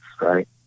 right